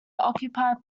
occupied